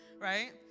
right